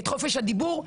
את חופש הדיבור,